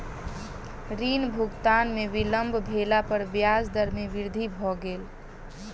ऋण भुगतान में विलम्ब भेला पर ब्याज दर में वृद्धि भ गेल